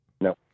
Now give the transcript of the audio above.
No